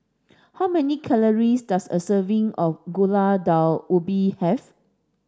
how many calories does a serving of Gulai Daun Ubi have